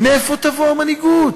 מאיפה תבוא המנהיגות?